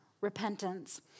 repentance